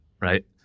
right